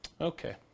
Okay